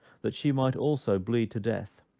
that she might also bleed to death.